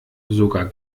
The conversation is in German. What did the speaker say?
sogar